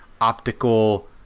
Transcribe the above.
optical